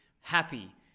happy